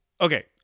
okay